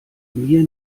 mir